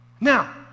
now